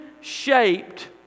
shaped